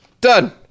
Done